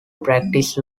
practice